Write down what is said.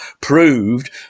proved